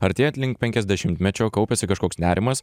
artėjat link penkiasdešimtmečio kaupiasi kažkoks nerimas